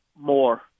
more